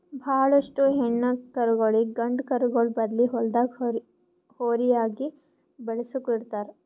ಭಾಳೋಷ್ಟು ಹೆಣ್ಣ್ ಕರುಗೋಳಿಗ್ ಗಂಡ ಕರುಗೋಳ್ ಬದ್ಲಿ ಹೊಲ್ದಾಗ ಹೋರಿಯಾಗಿ ಬೆಳಸುಕ್ ಇಡ್ತಾರ್